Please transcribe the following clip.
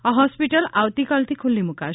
આ હોસ્પિટલ આવતીકાલથી ખુલ્લી મૂકાશે